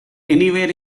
anywhere